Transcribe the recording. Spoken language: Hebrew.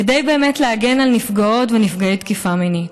כדי להגן על נפגעות ונפגעי תקיפה מינית,